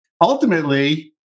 ultimately